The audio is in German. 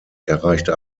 erreichte